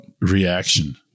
reaction